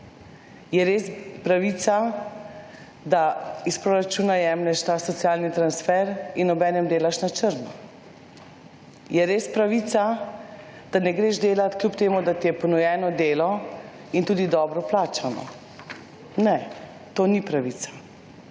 Je res pravica, da iz proračuna jemlješ ta socialni transfer in obenem delaš na črno? Je res pravica, da ne greš delati, kljub temu, da ti je ponujeno delo in tudi dobro plačano? Ne, to ni pravica.